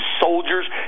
soldiers